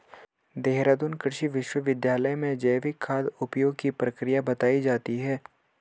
देहरादून कृषि विश्वविद्यालय में जैविक खाद उपयोग की प्रक्रिया बताई जाती है